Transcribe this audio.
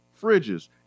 fridges